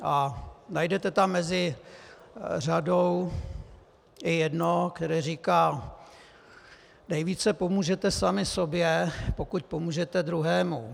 A najdete tam mezi řadou i jedno, které říká: nejvíce pomůžete sami sobě, pokud pomůžete druhému.